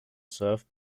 served